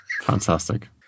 fantastic